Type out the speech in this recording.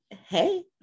Hey